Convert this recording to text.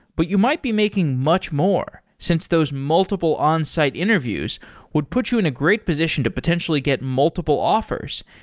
but you might be making much more since those multiple onsite interviews would put you in a great position to potentially get multiple offers,